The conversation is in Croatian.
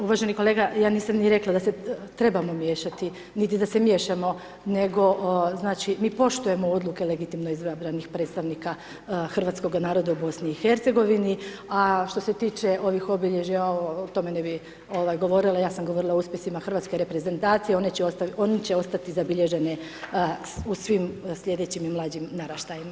Pa uvaženi kolega, ja nisam ni rekla da se trebamo miješati niti da se miješamo nego znači mi poštujemo odluke legitimno izabranih predstavnika Hrvatskoga naroda u BiH-u a što se tiče ovih obilježja, o tome ne bi govorila, ja sam govorila o uspjesima hrvatske reprezentacije, oni će ostati zabilježeni u svim slijedećim i mlađim naraštajima.